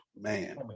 Man